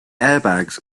airbags